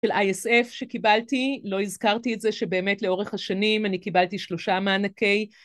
של ISF שקיבלתי, לא הזכרתי את זה שבאמת לאורך השנים אני קיבלתי שלושה מענקי